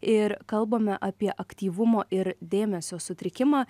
ir kalbame apie aktyvumo ir dėmesio sutrikimą